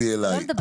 זה לא יפה